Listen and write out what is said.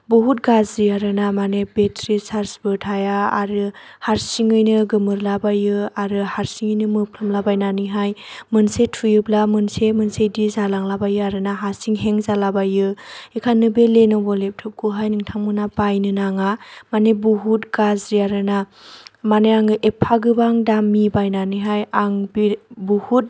बहुद गाज्रि आरोना माने बेटारि सार्जबो थाया आरो हारसिङैनो गोमोरलाबायो आरो हारसिङैनो मोफ्लामला बायनानैहाय मोनसे थुयोब्ला मोनसे मोनसे बिदि जालांलाबायो आरोना हारसिं हें जाला बायो बेनिखायनो बे लेन'भ' लेपट'पखौहाय नोंथांमोना बायनो नाङा माने बहुथ गाज्रि आरोना माने आङो एफ्फा गोबां दामि बायनानैहाय आं बे बहुद